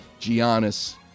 Giannis